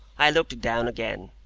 i looked down again,